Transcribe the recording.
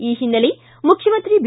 ಈ ಹಿನ್ನೆಲೆ ಮುಖ್ಯಮಂತ್ರಿ ಬಿ